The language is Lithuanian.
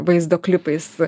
vaizdo klipais